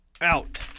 out